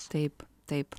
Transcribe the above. taip taip